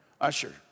usher